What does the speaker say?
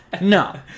No